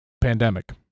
pandemic